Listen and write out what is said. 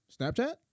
Snapchat